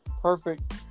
perfect